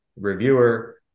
reviewer